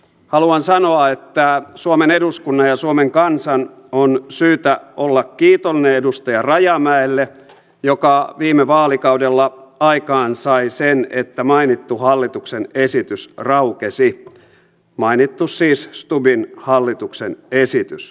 haluan sanoa että suomen eduskunnan ja suomen kansan on syytä olla kiitollinen edustaja rajamäelle joka viime vaalikaudella aikaansai sen että mainittu hallituksen esitys raukesi siis mainittu stubbin hallituksen esitys